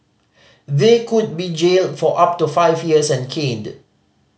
they could be jailed for up to five years and caned